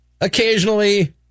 occasionally